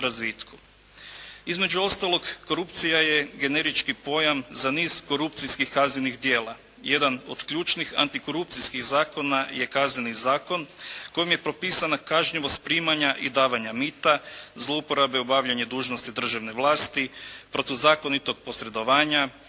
Između ostalog korupcija je generički pojam za niz korupcijskih kaznenih djela. Jedan od ključnih antikorupcijskih zakona je Kazneni zakon kojim je propisana kažnjivost primanja i davanja mita, zlouporabe obavljanja dužnosti državne vlasti, protuzakonitog posredovanja,